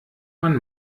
man